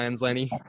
Lenny